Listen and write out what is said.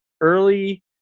early